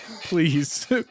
Please